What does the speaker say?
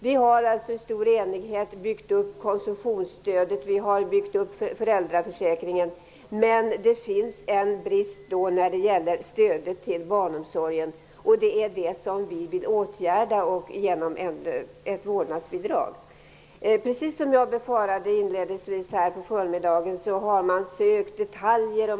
Vi har i stor enighet byggt upp konsumtionsstödet och vi har byggt upp föräldraförsäkringen, men det finns en brist när det gäller stödet till barnomsorgen. Det är den vi vill åtgärda genom ett vårdnadsbidrag. Precis som jag befarade inledningsvis på förmiddagen har man sökt detaljer.